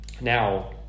Now